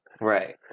Right